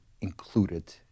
included